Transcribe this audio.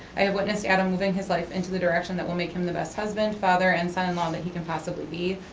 i have witnessed adam moving his life into the direction that will make him the best husband, father, and son-in-law that he can possibly be.